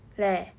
leh